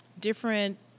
different